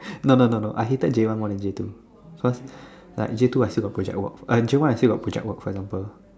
no no no no I hated J one more than J two because like J two I still got project J one I still got project work for example